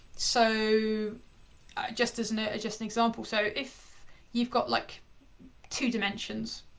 so just as an a. just an example, so if you've got like two dimensions,